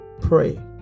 pray